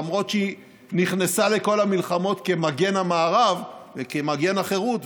למרות שהיא נכנסה לכל המלחמות כמגן המערב וכמגן החירות,